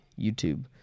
YouTube